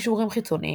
קישורים חיצוניים